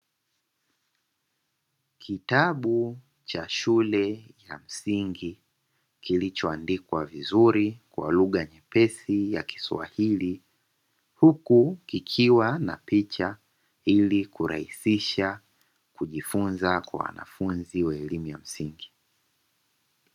Kitabu cha shule ya msingi kilichoandikwa vizuri kwa lugha nyepesi ya kiswahili huku kikiwa na picha, ili kurahisisha kujifunza kwa wanafunzi elimu ya shule ya msingi.